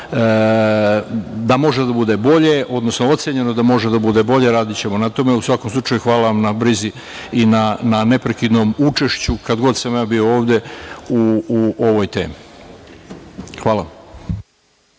da može da bude bolje, odnosno ocenjeno da može da bude bolje, radićemo na tome.U svakom slučaju, hvala vam na brizi i na neprekidnom učešću kad god sam ja bio ovde u ovoj temi. Hvala